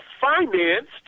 financed